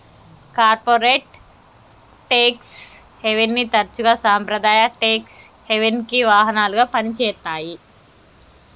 corporate tax హెవెన్ని తరచుగా సాంప్రదాయ ట్యేక్స్ హెవెన్కి వాహనాలుగా పనిచేత్తాయి